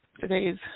today's